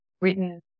written